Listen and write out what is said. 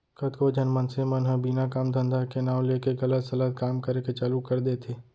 कतको झन मनसे मन ह बिना काम धंधा के नांव लेके गलत सलत काम करे के चालू कर देथे